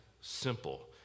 simple